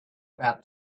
about